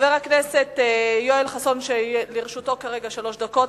חבר הכנסת יואל חסון, שלרשותו שלוש דקות.